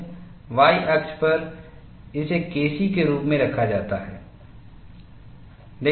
Y अक्ष पर इसे KC के रूप में रखा जाता है